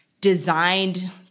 designed